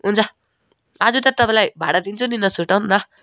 हुन्छ आजु त तपाईँलाई भाडा दिन्छु नि नसुर्ताउनु न